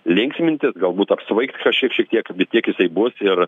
linksmintis galbūt apsvaigt šiek tiek vis tiek jisai bus ir